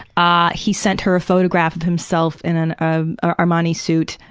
ah he sent her a photograph of himself in an ah ah armani suit,